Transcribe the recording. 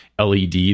LED